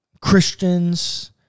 Christians